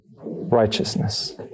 righteousness